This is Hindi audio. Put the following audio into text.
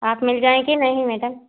आप मिल जाएगी नहीं मैडम